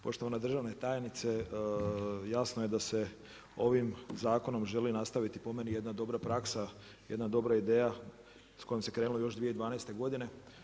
Poštovana državna tajnice jasno je da se ovim zakonom želi nastaviti po meni jedna dobra praksa, jedna dobra ideja sa kojom se krenulo još 2012. godine.